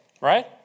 Right